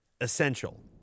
Essential